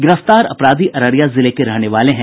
गिरफ्तार अपराधी अररिया जिले के रहने वाले हैं